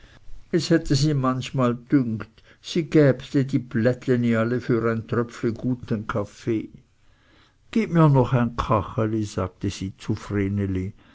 es hätte sie manchmal dünkt sie gäbte die plättleni alle für ein tröpfli guten kaffee gib mir noch ein kacheli sagte sie